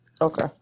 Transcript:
okay